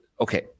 okay